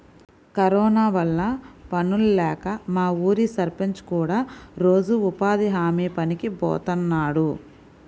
corona వల్ల పనుల్లేక మా ఊరి సర్పంచ్ కూడా రోజూ ఉపాధి హామీ పనికి బోతన్నాడు